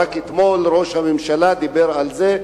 ורק אתמול ראש הממשלה דיבר על זה,